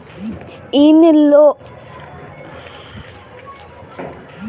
इ लोन से आदमी रिक्शा खरीद के आपन काम धाम करत हवे